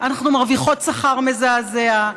אנחנו מרוויחות שכר מזעזע,